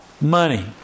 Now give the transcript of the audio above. Money